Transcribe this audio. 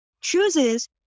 chooses